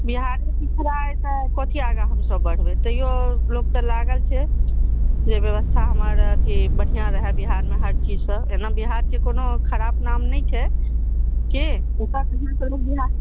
बिहारमे पिछड़ा अछि तऽ कथी आगाँ हमसभ बढ़बै तैंयो लोक तऽ लागल छै जे व्यवस्था हमर अथी बढ़िआँ रहए बिहारमे हर चीजसभ एना बिहारके कोनो खराब नाम नहि छै के